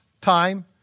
time